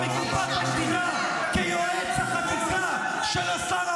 דמגוגיה שקר,